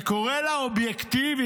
אני קורא לה אוביקטיבית,